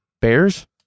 Bears